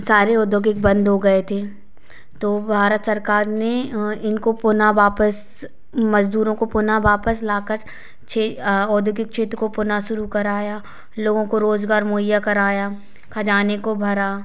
सारे औधोगिक बंद हो गये थे तो भारत सरकार ने इनको पुनः वापस मजदूरों को पुनः वापस लाकर छे औधोगिक क्षेत्र को पुनः शुरू कराया लोगों को रोज़गार मुहैया कराया खजाने को भरा